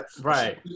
right